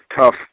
tough